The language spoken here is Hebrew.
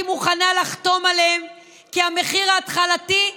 מוכנה לחתום עליהן כי המחיר ההתחלתי,